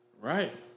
Right